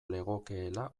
legokeela